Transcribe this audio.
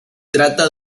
trata